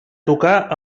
tocar